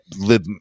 live